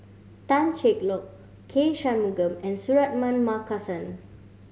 Tan Cheng Lock K Shanmugam and Suratman Markasan